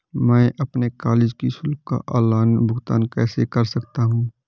मैं अपने कॉलेज की शुल्क का ऑनलाइन भुगतान कैसे कर सकता हूँ?